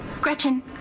Gretchen